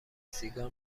سیگار